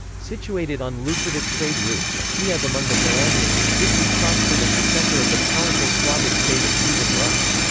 situated on lucrative trade routes, kiev among the polanians quickly prospered as the center of the powerful slavic state of kievan rus.